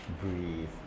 breathe